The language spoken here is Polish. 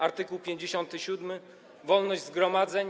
Art. 57 - wolność zgromadzeń.